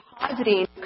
depositing